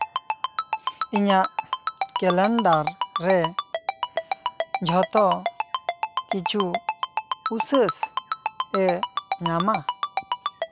ᱤᱧᱟᱜ ᱠᱮᱞᱮᱱᱰᱟᱨ ᱨᱮ ᱡᱷᱚᱛᱚ ᱠᱤᱪᱷᱩ ᱩᱥᱟᱹᱥ ᱮ ᱧᱟᱢᱟ